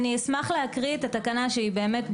אני אשמח להקריא את התקנה שהיא באמת,